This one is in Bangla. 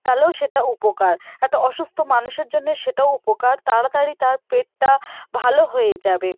তাহলেও সেটা উপকার একটা অসুস্থ মানুষের জন্যে সেটাও উপকার তাড়াতাড়ি তার পেটটা ভালো হয়ে যাবে